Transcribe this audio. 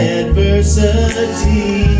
adversity